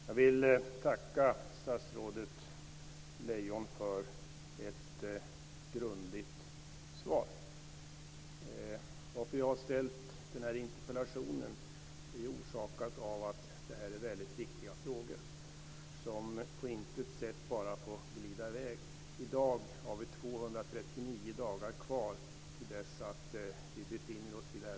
Herr talman! Jag vill tacka statsrådet Lejon för ett grundligt svar. Orsaken till att jag framställde interpellationen var att detta rör sig om väldigt viktiga frågor som på intet sätt bara får glida i väg. I dag är det 239 dagar kvar till årsskiftet.